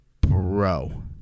bro